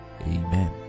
Amen